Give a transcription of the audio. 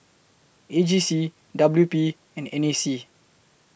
A G C W P and N A C